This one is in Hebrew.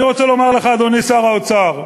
אני רוצה לומר לך, אדוני שר האוצר: